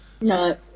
No